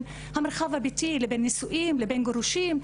המרחב הביתי לבין נישואין לבין גירושין,